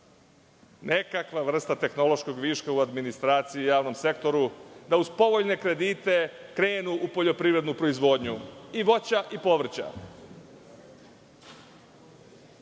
nekakva vrsta tehnološkog viška u administraciji i javnom sektoru, da uz povoljne kredite krenu u poljoprivrednu proizvodnju i voća i povrća. Kada